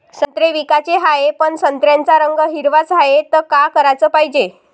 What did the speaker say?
संत्रे विकाचे हाये, पन संत्र्याचा रंग हिरवाच हाये, त का कराच पायजे?